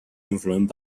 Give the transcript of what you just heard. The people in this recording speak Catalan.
influent